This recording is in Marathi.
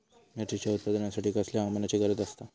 मिरचीच्या उत्पादनासाठी कसल्या हवामानाची गरज आसता?